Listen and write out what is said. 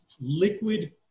liquid